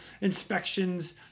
inspections